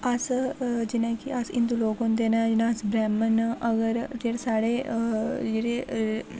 अस जि'यां कि अस हिंदू लोक होंदे न जि'यां अस ब्रैह्मण न अगर जेह्ड़े साढ़े जेह्ड़े